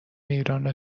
ایرانو